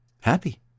happy